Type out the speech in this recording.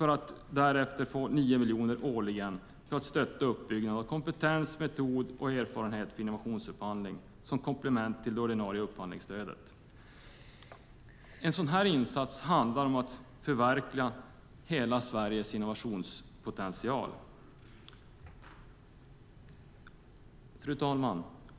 och därefter 9 miljoner kronor årligen - detta för att stötta uppbyggnaden av kompetens, metod och erfarenhet avseende innovationsupphandling, som komplement till det ordinarie upphandlingsstödet. En sådan här insats handlar om att förverkliga hela Sveriges innovationspotential. Fru talman!